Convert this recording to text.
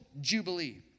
Jubilee